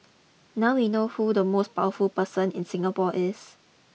now we know who the most powerful person in Singapore is